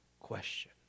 question